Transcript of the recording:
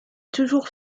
toujours